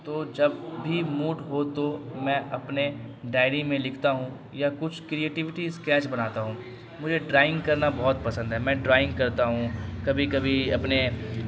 تو جب بھی موڈ ہو تو میں اپنے ڈائری میں لکھتا ہوں یا کچھ کریئیٹیویٹی اسکیچ بناتا ہوں مجھے ڈرائنگ کرنا بہت پسند ہے میں ڈرائنگ کرتا ہوں کبھی کبھی اپنے